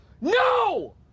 no